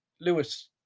Lewis